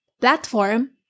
platform